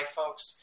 folks